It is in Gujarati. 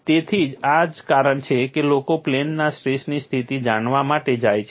તેથી આ જ કારણ છે કે લોકો પ્લેનના સ્ટ્રેસની સ્થિતિ જાળવવા માટે જાય છે